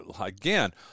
again